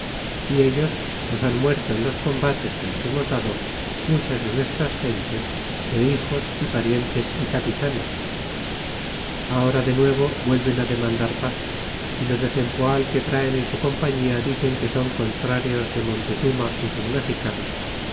y ellos nos han muerto en los combates que les hemos dado muchas de nuestras gentes é hijos y parientes y capitanes ahora de nuevo vuelven demandar paz y los de cempoal que traen en su compañia dicen que son contrarios de montezuma y sus mexicanos